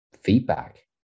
feedback